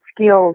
skills